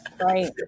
Right